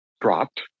dropped